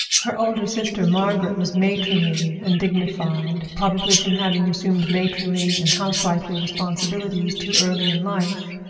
her older sister, margaret, was matronly and dignified, probably from having assumed matronly and housewifely responsibilities too early in life,